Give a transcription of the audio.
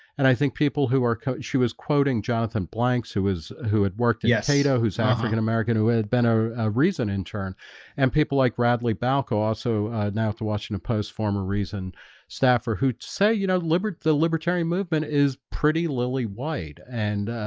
and i think people who are she was quoting jonathan blanks who was who had worked yeah in cato who's african-american who had been a reason and turn and people like radley balco also, ah now to washington post former reason staffer who say, you know, liberty, the libertarian movement is pretty lilly white and